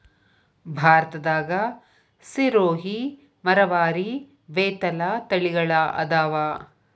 ಭಾರತದಾಗ ಸಿರೋಹಿ, ಮರವಾರಿ, ಬೇತಲ ತಳಿಗಳ ಅದಾವ